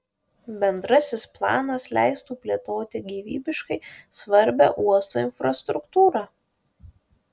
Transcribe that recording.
bendrasis planas leistų plėtoti gyvybiškai svarbią uosto infrastruktūrą